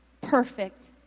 perfect